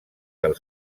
del